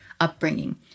upbringing